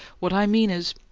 what i mean is,